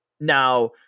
now